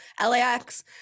LAX